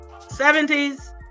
70s